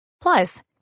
Plus